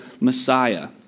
Messiah